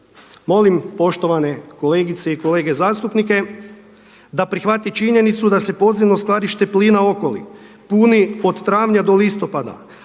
Molim poštovane kolegice i kolege, zastupnike da prihvati činjenicu da se Podzemno skladište plina Okoli puni od travnja do listopada,